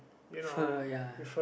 with her ya